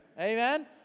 Amen